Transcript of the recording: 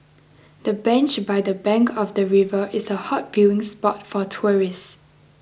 the bench by the bank of the river is a hot viewing spot for tourists